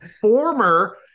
former